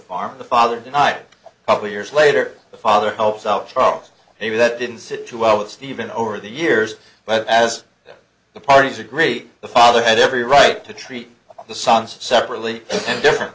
farm the father denied probably years later the father helps out charles maybe that didn't sit too well with stephen over the years but as the parties agree the father had every right to treat the sons separately and different